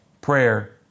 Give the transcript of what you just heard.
prayer